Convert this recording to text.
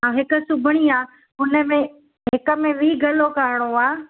हा हिक सुबणी आहे हुन में हिक में वी गलो कराइणो आहे